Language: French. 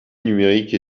numérique